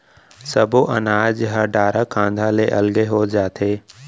सब्बो अनाज ह डारा खांधा ले अलगे हो जाथे